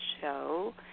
show